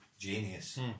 genius